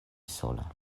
sola